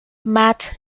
matt